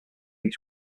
each